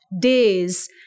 days